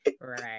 Right